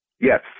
Yes